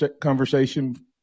conversation